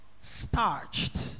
Starched